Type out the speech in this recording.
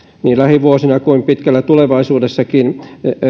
niin lähivuosina kuin pitkällä tulevaisuudessakin